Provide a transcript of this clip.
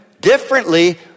differently